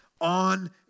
on